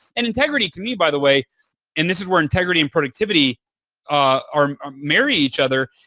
and integrity to me by the way and this is where integrity and productivity um ah marry each other.